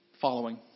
Following